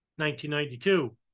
1992